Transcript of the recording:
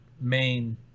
main